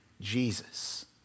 Jesus